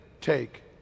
take